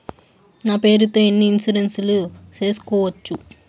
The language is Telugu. నా పేరుతో ఎన్ని ఇన్సూరెన్సులు సేసుకోవచ్చు?